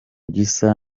gisa